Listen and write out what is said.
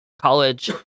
college